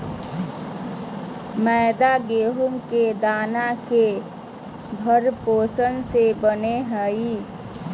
मैदा गेहूं के दाना के भ्रूणपोष से बनो हइ